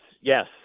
Yes